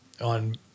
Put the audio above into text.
on